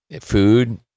Food